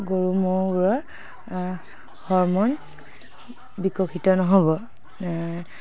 গৰু ম'হ হৰ্মণ বিকশিত নহ'ব